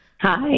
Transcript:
Hi